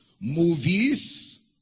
movies